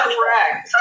Correct